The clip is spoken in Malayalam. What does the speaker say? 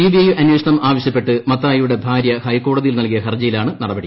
സിബിഐ അന്വേഷണം ആവശ്യപ്പെട്ട് മത്തായിയുടെ ഭാര്യ ഹൈക്കോടതി നല്കിയ ഹർജിയിലാണ് നടപടി